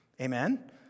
Amen